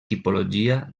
tipologia